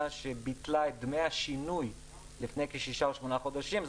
שביטלה את דמי השינוי לפני כשישה או שמונה חודשים.